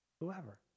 whoever